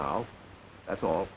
now that's all